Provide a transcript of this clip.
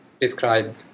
describe